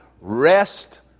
rest